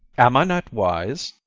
am i not wise?